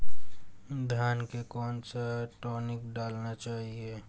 धान में कौन सा टॉनिक डालना चाहिए?